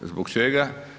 Zbog čega?